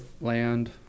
land